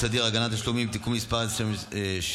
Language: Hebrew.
סדיר (הגנה על תשלומים) (תיקון מס' 2),